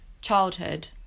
childhood